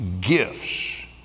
gifts